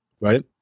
right